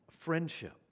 friendship